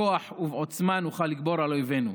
בכוח ובעוצמה, נוכל לגבור על אויבינו.